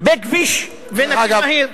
בכביש ובנתיב מהיר.